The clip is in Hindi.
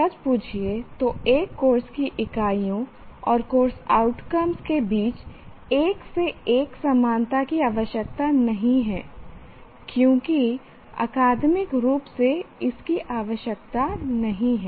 सच पूछिये तो एक कोर्स की इकाइयों और कोर्स आउटकम्स के बीच 1 से 1 समानता की आवश्यकता नहीं है क्योंकि अकादमिक रूप से इसकी आवश्यकता नहीं है